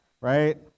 right